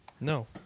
No